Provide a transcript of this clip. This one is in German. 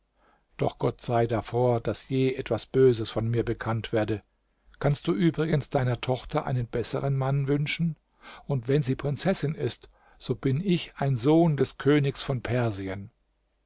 doch gott sei davor daß je etwas böses von mir bekannt werde kannst du übrigens deiner tochter einen besseren mann wünschen und wenn sie prinzessin ist so bin ich ein sohn des königs von persien